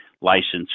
licensed